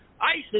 ISIS